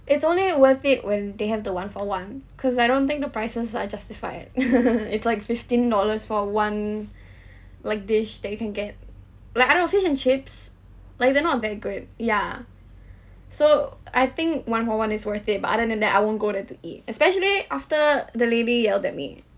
it's only worth it when they have the one for one cause I don't think the prices are justified it's like fifteen dollars for one like dish that you can get like I don't know fish and chips like they're not that good yeah so I think one for one is worth it but other than that I won't go there to eat especially after the lady yelled at me